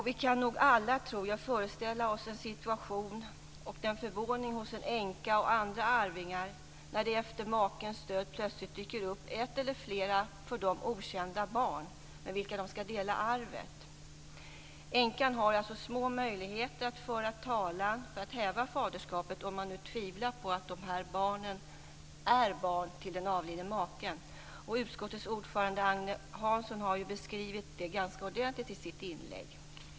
Vi kan nog alla, tror jag, föreställa oss änkans och de andra arvingarnas förvåning när det efter en makes död plötsligt dyker upp ett eller flera för dem okända barn med vilka de skall dela arvet. Änkan har små möjligheter att föra talan för att häva faderskapet om det råder tvivel om att dessa barn är barn till den avlidne maken. Utskottets ordförande Agne Hansson har beskrivit detta ganska ordentligt i sitt inlägg.